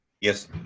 Yes